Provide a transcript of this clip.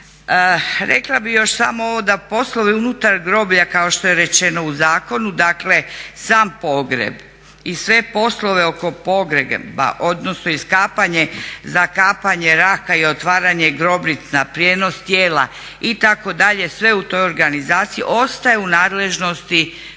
Rekla bih još samo ovo, da poslovi unutar groblja kao što je rečeno u zakonu dakle sam pogreb i sve poslove oko pogreba odnosno iskapanje, zakapanje raka i otvaranje grobnica, prijenos tijela itd., sve u toj organizaciji ostaje u nadležnosti